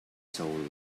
soul